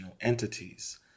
entities